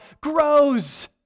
grows